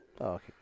Okay